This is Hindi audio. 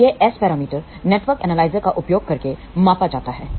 तो यह एस पैरामीटर नेटवर्क एनालाइजर का उपयोग करके मापा जाता है